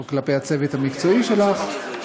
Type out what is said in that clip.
או כלפי הצוות המקצועי שלך,